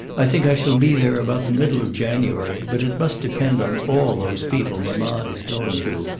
i think i shall be there about the middle of january but it must depend on all those people mamma is going to.